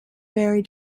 very